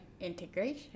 integration